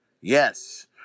yes